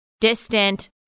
distant